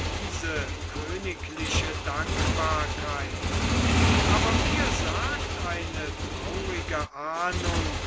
diese königliche dankbarkeit aber mir sagt eine traurige ahnung